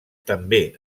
també